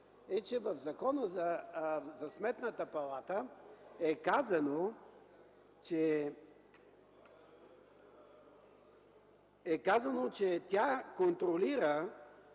е, че в Закона за Сметната палата е казано, че тя може да